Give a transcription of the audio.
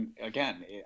again